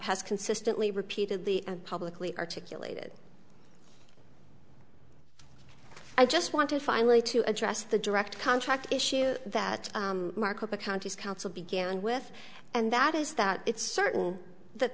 has consistently repeatedly and publicly articulated i just wanted finally to address the direct contract issue that mark up a county council began with and that is that it's certain that